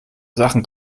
sachen